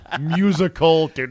musical